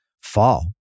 fall